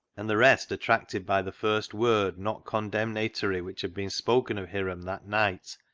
and the rest, attracted by the first word not condemnatory which had been spoken of hiram that night,